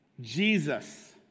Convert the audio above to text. Jesus